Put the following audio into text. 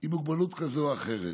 עם מוגבלות כזאת או אחרת.